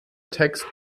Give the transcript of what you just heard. text